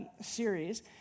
series